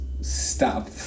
stop